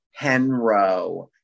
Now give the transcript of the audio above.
Henro